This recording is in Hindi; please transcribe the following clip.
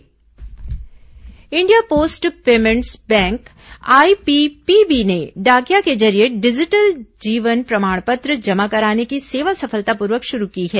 India post payments bank India post payments bank IPPB ने डाकिया के जरिए डिजिटल जीवन प्रमाण पत्र जमा कराने की सेवा सफलतापूर्वक शुरु की है